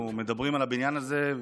-- אנחנו מדברים על הבניין הזה.